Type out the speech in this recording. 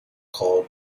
called